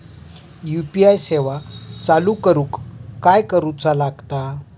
UPI सेवा चालू करूक काय करूचा लागता?